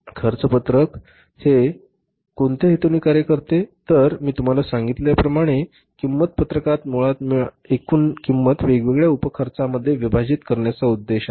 खर्च पत्रक कोणत्या हेतूने कार्य करते मी तुम्हाला सांगितल्याप्रमाणे किंमत पत्रकाचा मुळात एकूण किंमत वेगवेगळ्या उप खर्चामध्ये विभाजित करण्याचा उद्देश आहे